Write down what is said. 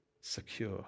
secure